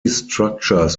structures